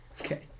Okay